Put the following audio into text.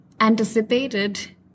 anticipated